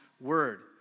word